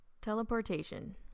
Teleportation